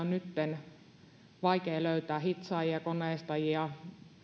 nytten vaikea löytää hitsaajia koneistajia